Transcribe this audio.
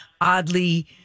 oddly